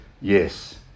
yes